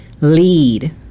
lead